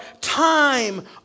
time